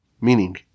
Meaning